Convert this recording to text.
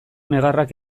negarrak